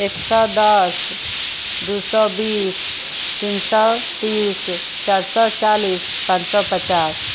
एक सओ दस दू सओ बीस तीन सओ तीस चारि सओ चालिस पाँच सओ पचास